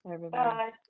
Bye